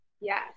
Yes